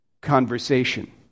conversation